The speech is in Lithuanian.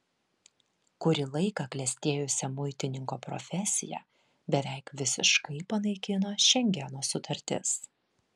kurį laiką klestėjusią muitininko profesiją beveik visiškai panaikino šengeno sutartis